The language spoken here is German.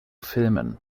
filmen